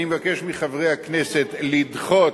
אני מבקש מחברי הכנסת לדחות,